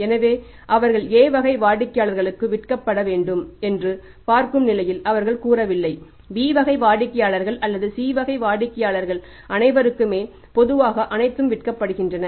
எனவே அவர்கள் A வகை வாடிக்கையாளர்களுக்கு விற்கப்பட வேண்டும் என்று பார்க்கும் நிலையில் அவர்கள் கூறவில்லை B வகை வாடிக்கையாளர்கள் அல்லது C வகை வாடிக்கையாளர்கள் அனைவருக்குமே பொதுவாக அனைத்தும் விற்கப்படுகின்றன